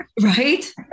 Right